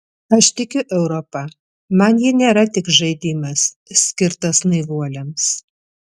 aš tikiu europa man ji nėra tik žaidimas skirtas naivuoliams